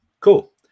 Cool